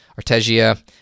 Artegia